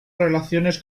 relaciones